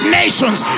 nations